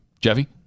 Jeffy